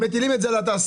מטילים את זה על התעשיינים,